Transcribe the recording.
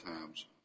times